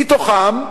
מתוכם,